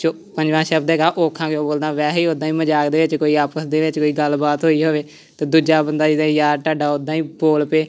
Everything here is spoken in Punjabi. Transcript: ਚੋ ਪੰਜਵਾਂ ਸ਼ਬਦ ਹੈਗਾ ਔਖਾ ਕਿਉਂ ਬੋਲਦਾ ਵੈਸੇ ਹੀ ਉਦਾਂ ਹੀ ਮਜ਼ਾਕ ਦੇ ਵਿੱਚ ਕੋਈ ਆਪਸ ਦੇ ਵਿੱਚ ਕੋਈ ਗੱਲਬਾਤ ਹੋਈ ਹੋਵੇ ਅਤੇ ਦੂਜਾ ਬੰਦਾ ਇਹਦਾ ਯਾਰ ਤੁਹਾਡਾ ਉਦਾਂ ਹੀ ਬੋਲ ਪਏ